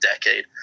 decade